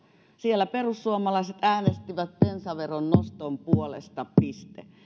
siellä perussuomalaiset äänestivät bensaveron noston puolesta piste